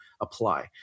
apply